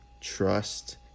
trust